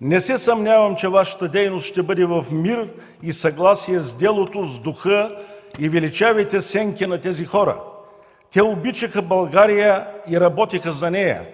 Не се съмнявам, че Вашата дейност ще бъде в мир и съгласие с делото, с духа и величавите сенки на тези хора! Те обичаха България и работеха за нея.